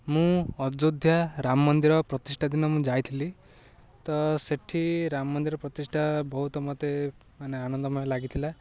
ମୁଁ ଅଯୋଧ୍ୟା ରାମ ମନ୍ଦିର ପ୍ରତିଷ୍ଠା ଦିନ ମୁଁ ଯାଇଥିଲି ତ ସେଠି ରାମ ମନ୍ଦିର ପ୍ରତିଷ୍ଠା ବହୁତ ମତେ ମାନେ ଆନନ୍ଦମୟ ଲାଗିଥିଲା